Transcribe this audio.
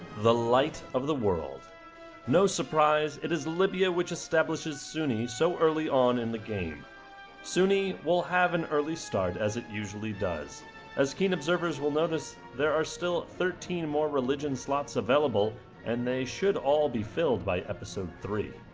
the light of the world no surprise it is libya which establishes sunni so early on in the game sunni will have an early start as it usually does as keen observers will notice there are still thirteen more religion slots available and they should all be filled by episode three